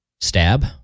stab